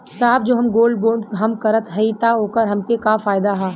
साहब जो हम गोल्ड बोंड हम करत हई त ओकर हमके का फायदा ह?